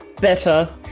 better